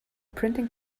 printing